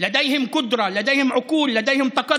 קדמה וכסף.